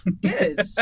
good